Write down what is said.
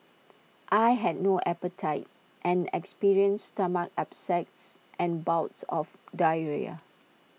I had no appetite and experienced stomach upsets and bouts of diarrhoea